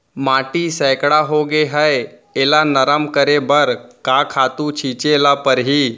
माटी सैकड़ा होगे है एला नरम करे बर का खातू छिंचे ल परहि?